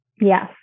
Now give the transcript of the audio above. Yes